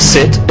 Sit